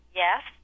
yes